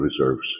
reserves